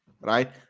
right